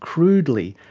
crudely,